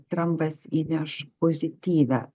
trampas įneš pozityvią